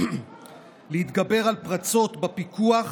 להתגבר על פרצות בפיקוח